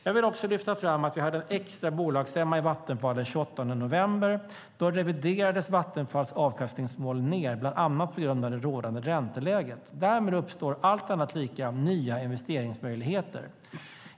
Jag vill också lyfta fram att vi hade en extra bolagsstämma i Vattenfall den 28 november. Då reviderades Vattenfalls avkastningsmål ned, bland annat på grund av det rådande ränteläget. Därmed uppstår - allt annat lika - nya investeringsmöjligheter.